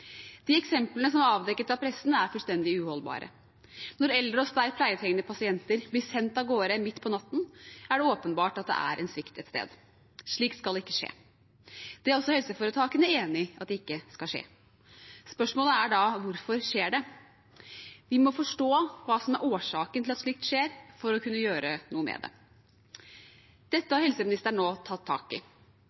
De eksemplene som er avdekket av pressen, er fullstendig uholdbare. Når eldre og sterkt pleietrengende pasienter blir sendt av gårde midt på natten, er det åpenbart at det er en svikt et sted, slikt skal ikke skje. Det er også helseforetakene enig i at ikke skal skje. Spørsmålet er da hvorfor det skjer. Vi må forstå hva som er årsaken til at slikt skjer for å kunne gjøre noe med det. Dette har helseministeren nå tatt tak i.